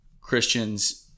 Christians